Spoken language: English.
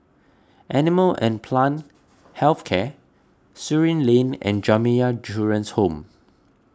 Animal and Plant Health Care Surin Lane and Jamiyah Children's Home